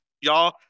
Y'all